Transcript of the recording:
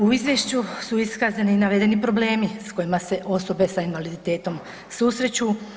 U izvješću su iskazani navedeni problemi s kojima se osobe sa invaliditetom susreću.